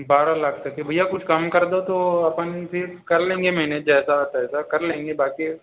बारह लाख तक हैं भैया कुछ कम कर दो तो हम फिर कर लेंगे मैनेज जैसा तैसा कर लेंगे बाकी